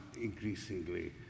increasingly